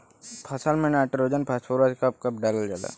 फसल में nitrogen phosphorus कब कब डालल जाला?